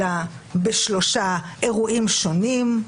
אלא בשלושה אירועים שונים.